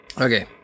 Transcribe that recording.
Okay